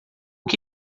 que